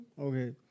Okay